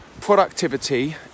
productivity